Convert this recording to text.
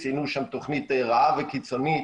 ציינו שם תוכנית רעה וקיצונית,